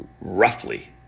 roughly